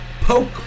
poke